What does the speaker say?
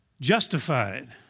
justified